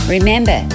Remember